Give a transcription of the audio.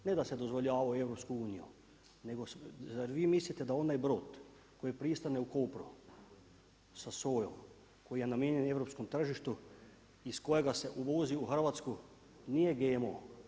Ne da se dozvoljava u EU nego zar vi mislite da onaj brod koji pristane u Kopru sa sojom koji je namijenjen europskom tržištu iz kojega se uvozi u Hrvatsku nije GMO?